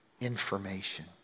information